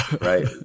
right